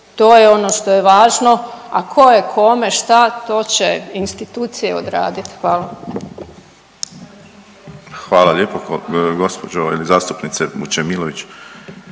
to je ono što je važno, a tko je kome šta to će institucije odraditi. Hvala. **Borić, Josip (HDZ)** Hvala lijepo gospođo zastupnice Vučemilović.